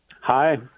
Hi